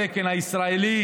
הציבור.